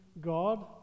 God